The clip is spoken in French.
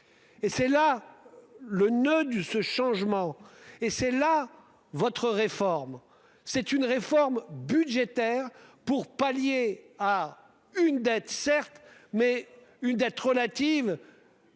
Et c'est là le noeud du ce changement. Et c'est là votre réforme c'est une réforme budgétaire pour pallier à une dette, certes, mais une date relative.